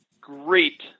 great